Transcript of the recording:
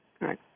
right